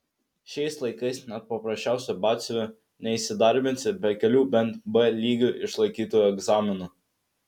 šiais laikais net paprasčiausiu batsiuviu neįsidarbinsi be kelių bent b lygiu išlaikytų egzaminų